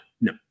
no